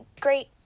great